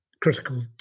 critical